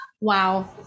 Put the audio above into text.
Wow